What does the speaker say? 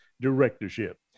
directorship